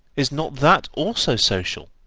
is not that also social,